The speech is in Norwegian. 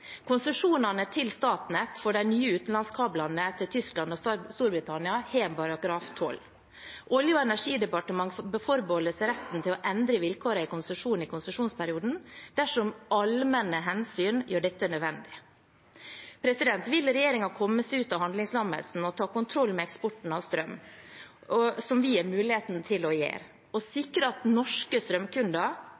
Konsesjonene til Statnett for de nye utenlandskablene til Tyskland og Storbritannia har en § 12: «Olje- og energidepartementet forbeholder seg retten til å endre vilkårene i konsesjonen i konsesjonsperioden dersom allmenne hensyn gjør dette nødvendig.» Vil regjeringen komme seg ut av handlingslammelsen og ta kontroll med eksporten av strøm, som vi har muligheten til å gjøre, og